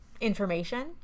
information